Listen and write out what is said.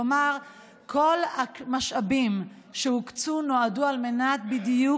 כלומר כל המשאבים שהוקצו נועדו בדיוק